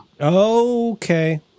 Okay